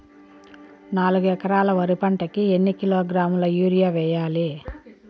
నాలుగు ఎకరాలు వరి పంటకి ఎన్ని కిలోగ్రాముల యూరియ వేయాలి?